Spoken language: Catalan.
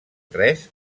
tres